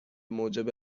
موجب